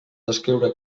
descriure